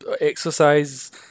exercise